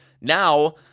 Now